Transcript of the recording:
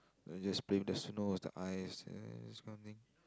then we just play with the snow the ice this kind of thing